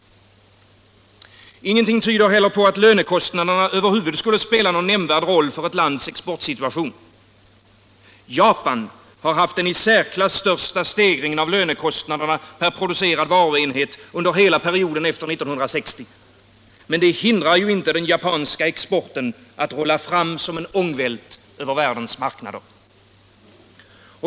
Ingenting tyder heller på att lönekostnaderna över huvud skulle spela någon nämnvärd roll för ett lands exportsituation. Japan har haft den i särklass största stegringen av lönekostnaderna per producerad varuenhet under hela perioden efter 1960, men det hindrar inte den japanska exporten att rulla fram som en ångvält över världens marknader.